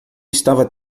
estava